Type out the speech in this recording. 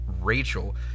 Rachel